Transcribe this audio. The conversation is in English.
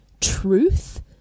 truth